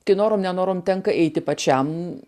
tai norom nenorom tenka eiti pačiam